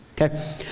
Okay